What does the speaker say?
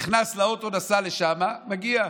נכנס לאוטו, נסע לשם, הגיע.